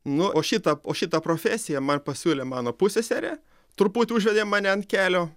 nu o šitą o šitą profesiją man pasiūlė mano pusseserė truputį užvedė mane ant kelio